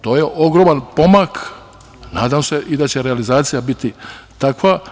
To je ogroman pomak, nadam se da će i realizacija biti takva.